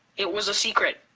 it was a secret.